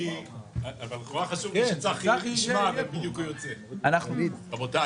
רבותי,